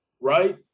Right